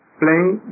playing